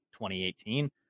2018